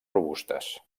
robustes